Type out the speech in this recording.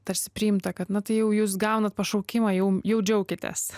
tarsi priimta kad na tai jau jūs gaunat pašaukimą jau jau džiaukitės